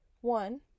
One